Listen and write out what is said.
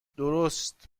درست